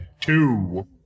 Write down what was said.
two